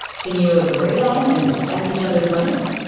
can you agree on and respect each other's limits?